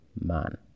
man